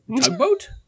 Tugboat